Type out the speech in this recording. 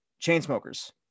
Chainsmokers